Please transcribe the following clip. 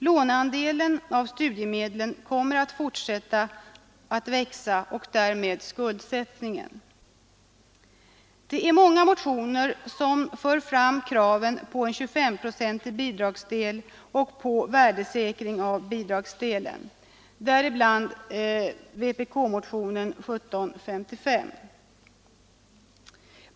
Lånedelen av studiemedlen kommer att fortsätta att växa — och därmed skuldsättningen. Många motioner för fram kraven på en 25-procentig bidragsdel och på värdesäkring av bidragsdelen, däribland vpk-motionen 1755.